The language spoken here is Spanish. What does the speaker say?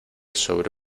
sobre